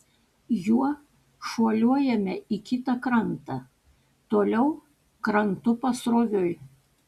juo šuoliuojame į kitą krantą toliau krantu pasroviui